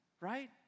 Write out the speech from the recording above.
right